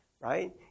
right